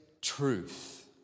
truth